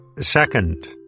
Second